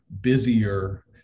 busier